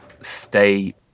stay